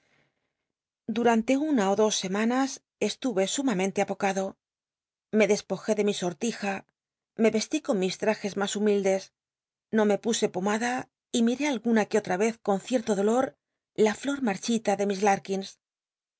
dtuante una ó dos semanas estmc sumamente apocado i lle despojé de mi sortija me esli con mis trajes mas humildes no me puoe pomada y mil'é alguna que otra vez con cierto dolor la flor marchita de miss